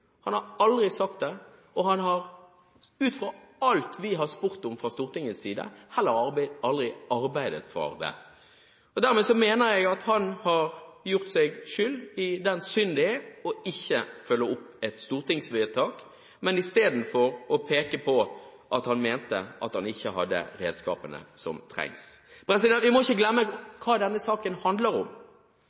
Han har aldri sagt det, og han har ut fra alt vi har spurt om fra Stortingets side, heller aldri arbeidet for det. Dermed mener jeg at han har gjort seg skyld i den synd det er å ikke følge opp et stortingsvedtak, men isteden peke på at han mente at han ikke hadde redskapene som trengtes. Vi må ikke glemme hva denne saken handler om.